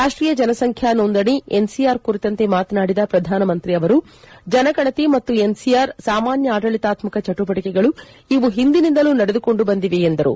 ರಾಷ್ಷೀಯ ಜನಸಂಖ್ಯಾ ನೋಂದಣೆ ಎನ್ಪಿಆರ್ ಕುರಿತಂತೆ ಮಾತನಾಡಿದ ಪ್ರಧಾನಮಂತ್ರಿ ಅವರು ಜನಗಣತಿ ಮತ್ತು ಎನ್ಪಿಆರ್ ಸಾಮಾನ್ಯ ಆಡಳಿತಾತ್ನಕ ಚಟುವಟಿಕೆಗಳು ಇವು ಹಿಂದಿನಿಂದಲೂ ನಡೆದುಕೊಂಡು ಬಂದಿವೆ ಎಂದರು